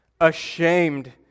Ashamed